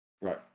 Right